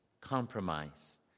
compromise